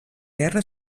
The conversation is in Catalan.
guerra